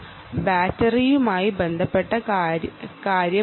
ഇത് ബാറ്ററിയുമായി ബന്ധപ്പെട്ട കാര്യമല്ല